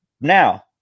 Now